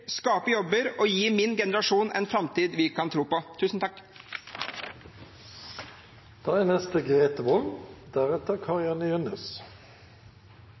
skape jobber og gi min generasjon en framtid vi kan tro på.